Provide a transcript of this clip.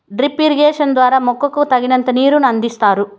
drip irrigation ద్వారా మొక్కకు తగినంత నీరును అందిస్తారు